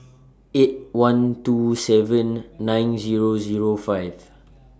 eight one two seven nine Zero Zero five